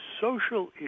social